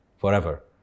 forever